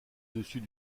dessus